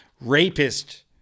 rapist